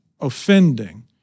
offending